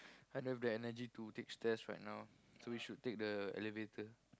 I don't have the energy to take stairs right now so we should take the elevator